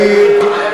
אני,